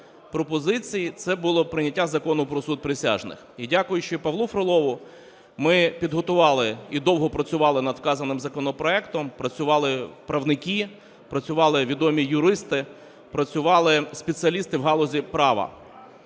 пропозицій це було прийняття Закону про суд присяжних. І дякуючи Павлу Фролову, ми підготували і довго працювали над вказаним законопроектом, працювали правники, працювали відомі юристи, працювали спеціалісти в галузі права.